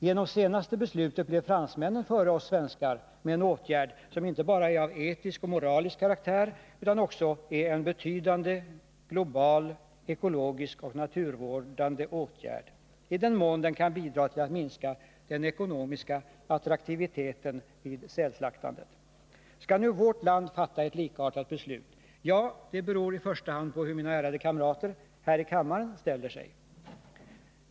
Genom sitt senaste beslut kom fransmännen före oss svenskar med en åtgärd som inte bara är av etisk och moralisk karaktär utan också är en betydande global, ekologisk och naturvårdande åtgärd — i den mån den kan bidra till att minska den ekonomiska attraktiviteten vid sälslaktandet. Skall nu vårt land fatta ett likartat beslut? Ja, det beror i första hand på hur mina ärade kamrater här i kammaren ställer sig.